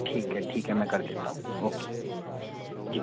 ठीक है ठीक है मैं कर देता हूँ ओके जी